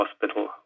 hospital